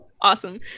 Awesome